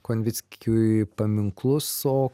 konvickiui paminklus o